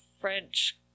French